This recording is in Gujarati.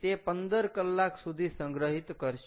તે 15 કલાક સુધી સંગ્રહિત કરશે